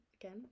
Again